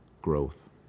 growth